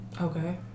okay